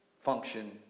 function